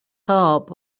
harp